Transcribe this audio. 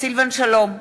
סילבן שלום,